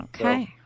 Okay